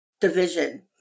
division